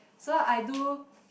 so I do